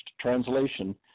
translation